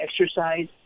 exercise